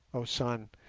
oh sun,